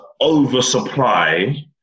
oversupply